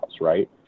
right